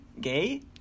Gay